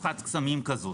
כזו.